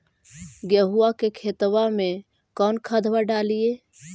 गेहुआ के खेतवा में कौन खदबा डालिए?